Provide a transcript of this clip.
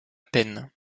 peine